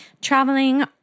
traveling